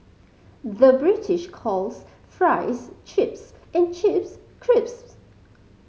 the British calls fries chips and chips crisps